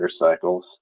motorcycles